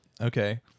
Okay